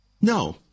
No